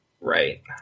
Right